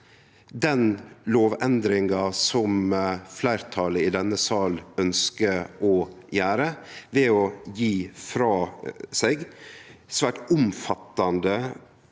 den lovendringa som fleirtalet i denne salen ønskjer å gjere ved å gje frå seg svært omfattande